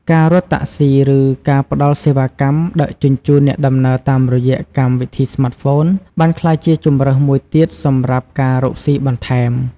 ការរត់តាក់ស៊ី ឬ ការផ្តល់សេវាកម្មដឹកជញ្ជូនអ្នកដំណើរតាមរយៈកម្មវិធីស្មាតហ្វូនបានក្លាយជាជម្រើសមួយទៀតសម្រាប់ការរកស៊ីបន្ថែម។